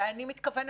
ואני מתכוונת,